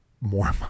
more